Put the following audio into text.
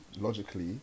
Logically